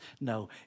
no